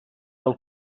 del